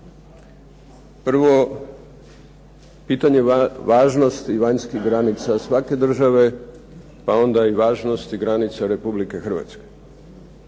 Prvo, pitanje važnosti vanjskih granica svake države pa onda i važnosti granica RH.